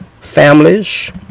families